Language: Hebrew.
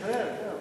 אפשר להתקדם,